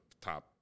top